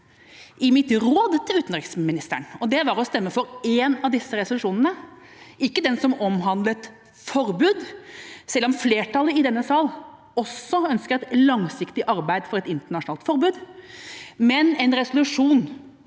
i mitt råd til utenriksministeren, og det var å stemme for en av disse resolusjonene – ikke den som omhandlet forbud, selv om flertallet i denne salen også ønsker et langsiktig arbeid for et internasjonalt forbud, men en resolusjon